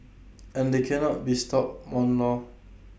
and they cannot be stopped one lor